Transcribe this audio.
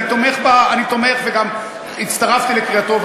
אני תומך וגם הצטרפתי לקריאתו,